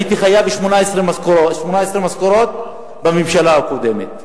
הייתי חייב 18 משכורות בממשלה הקודמת.